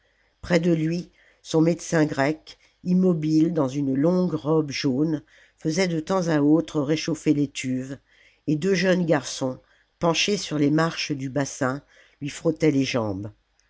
près de lui son médecin grec immobile dans une longue robe jaune faisait de temps à autre réchauffer l'étuve et deux jeunes garçons penchés sur les marches du bassin lui frottaient les jambes